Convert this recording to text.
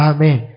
Amen